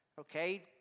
Okay